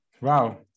wow